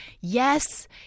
yes